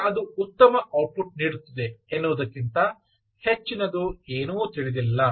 ಈಗ ಅದು ಉತ್ತಮ ಔಟ್ಪುಟ್ ನೀಡುತ್ತಿದೆ ಎನ್ನುವುದಕ್ಕಿಂತ ಹೆಚ್ಚಿನದು ಏನೂ ತಿಳಿದಿಲ್ಲ